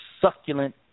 succulent